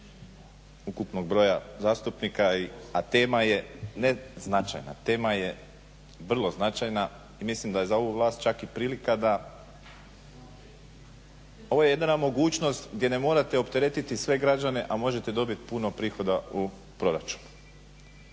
ukupnog broja zastupnika, a tema je ne značajna, tema je vrlo značajna i mislim da je za ovu vlast čak i prilika da, ovo je jedina mogućnost gdje ne morate opteretiti sve građane, a možete dobit puno prihoda u proračun.